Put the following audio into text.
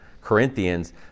Corinthians